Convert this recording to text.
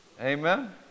Amen